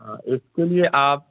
ہاں اس کے لیے آپ